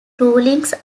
rulings